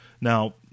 Now